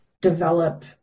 develop